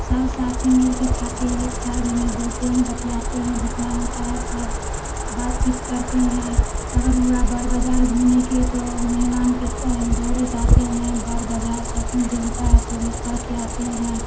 सब साथ ही मिल के खाते हैं एक थाली में बोलते हैं बतियाते हैं जितना होता है सब सब बातचीत करते हैं अगर बड़ बाजार घूमने के तो मेहमान कहते है जोड़े जाते हैं बड़ बाजार शॉपिंग जो होता है सभी करके आते हैं